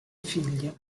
figlia